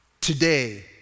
today